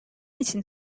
için